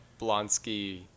Blonsky